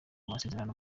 amasezerano